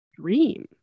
dream